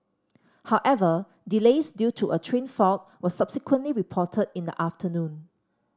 however delays due to a train fault were subsequently reported in the afternoon